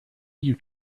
you